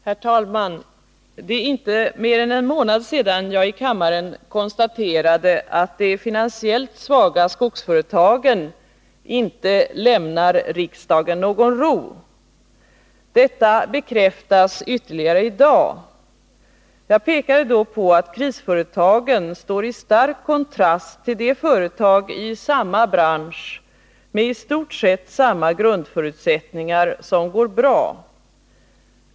Herr talman! Det är inte mer än en månad sedan jag i kammaren konstaterade att de finansiellt svaga skogsföretagen inte lämnar riksdagen någon ro. Detta bekräftas ytterligare i dag. Jag pekade då på att krisföretagen står i stark kontrast till de företag i samma bransch — med i stort sett samma grundförutsättningar — som går bra.